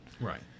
Right